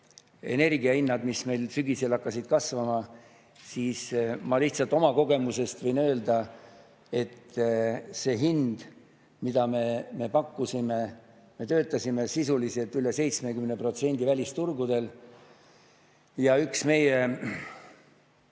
rekordenergiahinnad, mis meil sügisel hakkasid kasvama, siis ma lihtsalt oma kogemusest võin öelda, et see hind, mida me pakkusime – me töötasime sisuliselt üle 70% välisturgudel ja üks meie